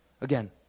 again